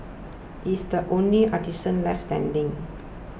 he is the only artisan left standing